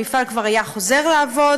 המפעל כבר היה חוזר לעבוד,